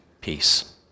peace